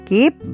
Keep